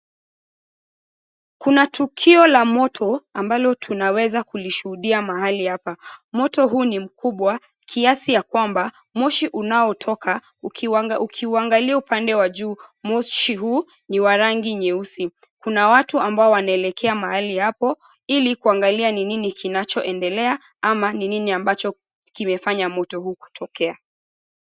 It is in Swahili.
Kuna tukio la moto ambalo tunaweza kulishuhudia mahali hapa. Moto huu ni mkubwa kiasi ya kwamba moshi unaotoka, ukiuangalia upande wa juu moshi huu ni wa rangi nyeusi. Kuna watu ambao wanaelekea mahali hapo ili kuangalia ni nini kinachoendelea ama ni nini ambacho kimefanya moto huu kutokea.